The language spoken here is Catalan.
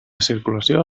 circulació